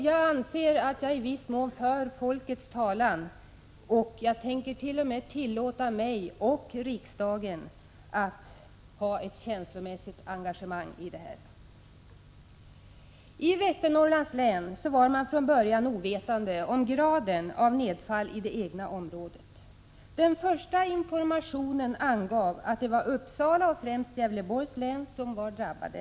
Jag anser att jag i viss mån för folkets talan, och jag tänker t.o.m. tillåta mig att ha ett känslomässigt engagemang i den här frågan. I Västernorrlands län var man från början ovetande om omfattningen av nedfallet i det egna området. Den första informationen angav att det var Uppsala och främst Gävleborgs län som var drabbade.